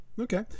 okay